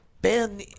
Ben